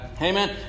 Amen